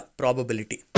probability